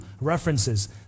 references